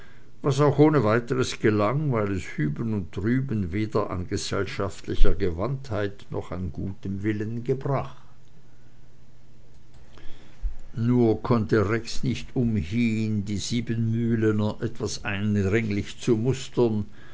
was auch ohne weiteres gelang weil es hüben und drüben weder an gesellschaftlicher gewandtheit noch an gutem willen gebrach nur konnte rex nicht umhin die siebenmühlener etwas eindringlich zu mustern